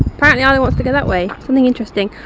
apparently isla wants to go that way, something interesting.